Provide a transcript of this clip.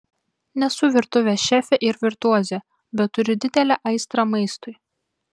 nesu virtuvės šefė ir virtuozė bet turiu didelę aistrą maistui